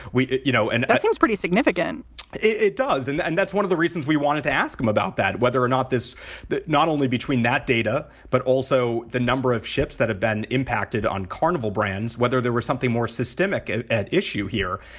we you know and that seems pretty significant it does. and and that's one of the reasons we wanted to ask him about that, whether or not this that not only between that data, but also the number of ships that have been impacted on carnival brands, whether there was something more systemic at at issue here.